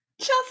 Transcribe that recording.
Chelsea